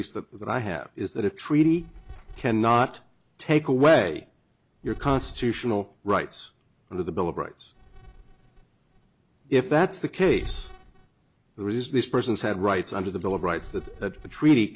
least that that i have is that a treaty cannot take away your constitutional rights under the bill of rights if that's the case there is this persons had rights under the bill of rights that the treaty